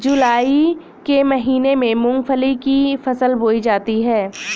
जूलाई के महीने में मूंगफली की फसल बोई जाती है